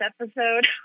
episode